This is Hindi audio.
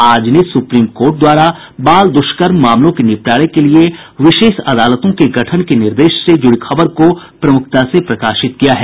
आज ने सुप्रीम कोर्ट द्वारा बाल दुष्कर्म मामलों के निपटारे के लिये विशेष अदालतों के गठन के निर्देश से जुड़ी खबर को प्रमुखता से प्रकाशित किया है